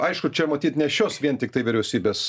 aišku čia matyt ne šios vien tiktai vyriausybės